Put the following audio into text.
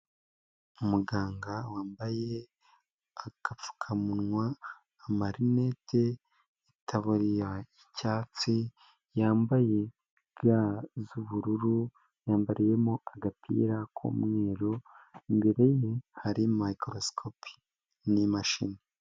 Umuganga wambaye agapfukamunwa amarinete itabariya y'icyatsi yambaye ga z'ubururu, yambariyemo agapira k'umweru imbere ye hari mikorosikopi n'imashini.